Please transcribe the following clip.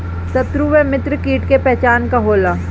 सत्रु व मित्र कीट के पहचान का होला?